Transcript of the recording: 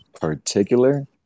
particular